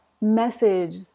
message